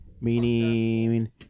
meaning